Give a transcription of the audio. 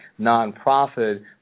nonprofit